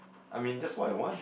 I mean that's what I want